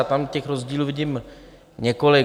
Já tam těch rozdílů vidím několik.